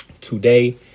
today